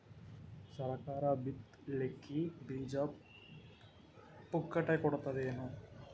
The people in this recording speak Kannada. ಸರಕಾರ ಬಿತ್ ಲಿಕ್ಕೆ ಬೀಜ ಪುಕ್ಕಟೆ ಕೊಡತದೇನು?